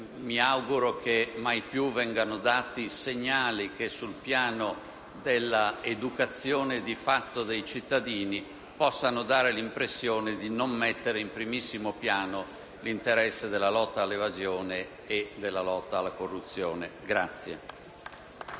mi auguro che mai più vengano dati segnali che, sul piano dell'educazione di fatto dei cittadini, possano dare l'impressione di non mettere in primissimo piano l'interesse della lotta all'evasione e della lotta alla corruzione.